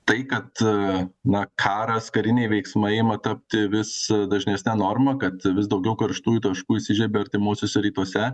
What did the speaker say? tai kad na karas kariniai veiksmai ima tapti vis dažnesne norma kad vis daugiau karštųjų taškų įsižiebia artimuosiuose rytuose